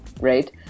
right